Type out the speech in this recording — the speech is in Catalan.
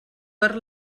per